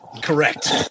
Correct